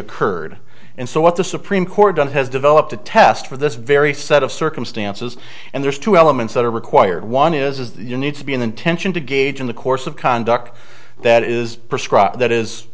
occurred and so what the supreme court has developed a test for this very set of circumstances and there's two elements that are required one is that you need to be an intention to gauge in the course of conduct the that is prescribed that is